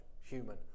human